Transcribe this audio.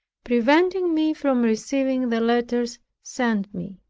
preventing me from receiving the letters sent me.